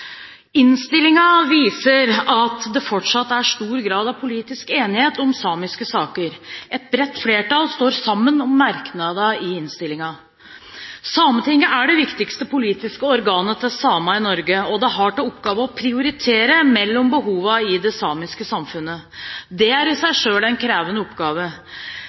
stor grad av politisk enighet om samiske saker. Et bredt flertall står sammen om merknadene i innstillingen. Sametinget er det viktigste politiske organet til samer i Norge, og det har til oppgave å prioritere mellom behovene i det samiske samfunnet. Det er i seg selv en krevende oppgave.